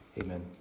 Amen